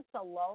alone